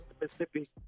Mississippi